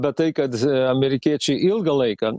bet tai kad amerikiečiai ilgą laiką